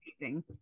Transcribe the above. amazing